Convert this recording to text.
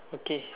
okay